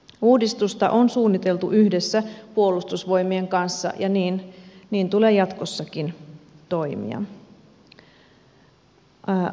uudistusta on suunniteltu yhdessä puolustusvoimien kanssa ja niin tulee jatkossakin toimia